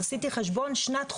עשיתי חשבון שזה שנת חוקר.